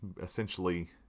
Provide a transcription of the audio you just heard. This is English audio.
essentially